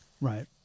Right